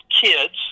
kids